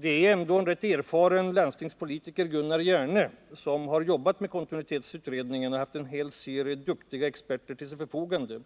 Det är ändå en rätt erfaren landstingspolitiker, Gunnar Hjerne, som har jobbat med kontinuitetsutredningen och haft en hel serie duktiga experter till sitt förfogande.